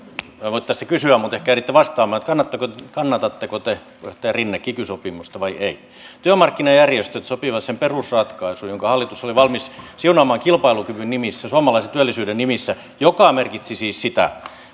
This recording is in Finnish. voi tässä kysyä mutta ehkä ehditte vastaamaan kannatatteko te puheenjohtaja rinne kiky sopimusta vai ette työmarkkinajärjestöt sopivat sen perusratkaisun jonka hallitus oli valmis siunaamaan kilpailukyvyn nimissä suomalaisen työllisyyden nimissä mikä merkitsi siis sitä